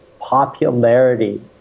popularity